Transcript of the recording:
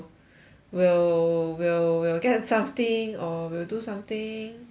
will will will get something or will do something ya